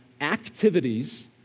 Activities